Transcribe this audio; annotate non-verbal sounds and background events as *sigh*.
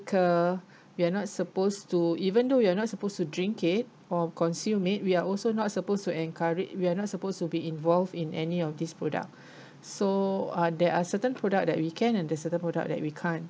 liquor we are not supposed to even though you are not supposed to drink it or consume it we are also not supposed to encoura~ we are not supposed to be involved in any of this product *breath* so uh there are certain product that we can and there are certain product that we can't